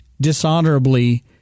dishonorably